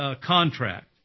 contract